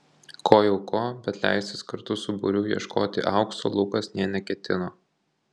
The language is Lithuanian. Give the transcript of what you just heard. ko jau ko bet leistis kartu su būriu ieškoti aukso lukas nė neketino